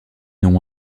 non